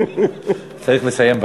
צריך לסיים.